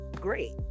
great